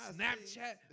Snapchat